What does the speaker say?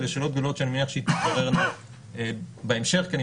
אלה שאלות שאני מניח שתתבררנה בהמשך כי אני